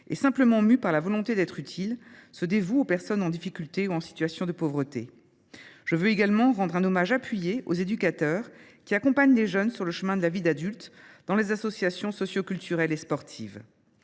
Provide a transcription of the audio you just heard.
et simplement mus par la volonté d’être utiles, se dévouent aux personnes en difficulté ou en situation de pauvreté. Je veux également rendre un hommage appuyé aux éducateurs qui accompagnent les jeunes sur le chemin de la vie d’adulte dans les associations socioculturelles et sportives.